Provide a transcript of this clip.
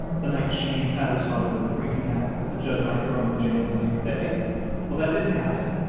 the night she and tyler's mother were freaking out that the judge might throw him in jail the next day well, that didn't happen.